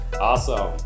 Awesome